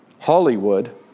Hollywood